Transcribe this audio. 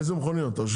איזה מכוניות?